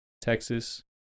Texas